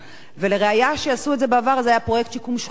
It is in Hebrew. הראיה שעשו את זה בעבר זה פרויקט שיקום שכונות,